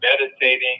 meditating